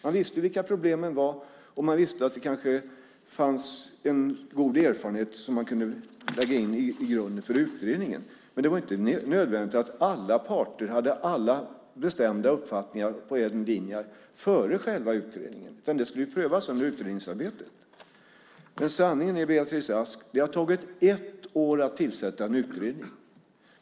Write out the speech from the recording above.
Man visste vilka problemen var, och man visste att det kanske fanns en god erfarenhet som man kunde lägga in i grunden för utredningen. Men det var inte nödvändigt att alla parter hade alla bestämda uppfattningar på en linje före själva utredningen utan detta skulle prövas under utredningsarbetet. Sanningen är, Beatrice Ask, att det har tagit ett år att tillsätta en utredning.